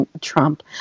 Trump